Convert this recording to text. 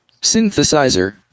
synthesizer